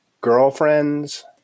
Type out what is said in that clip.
girlfriends